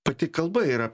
pati kalba yra